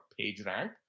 PageRank